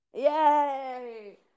Yay